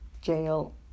jail